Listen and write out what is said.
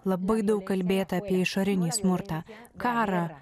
labai daug kalbėta apie išorinį smurtą karą